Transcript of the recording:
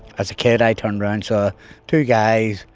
as a kid, i turned around, saw two guys,